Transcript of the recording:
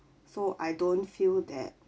so I don't feel that